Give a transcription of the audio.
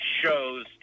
shows